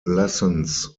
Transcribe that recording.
lessons